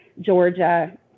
Georgia